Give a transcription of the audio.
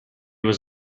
was